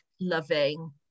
loving